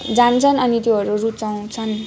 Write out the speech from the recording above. जान्छन् अनि त्योहरू रुचाउँछन्